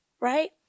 right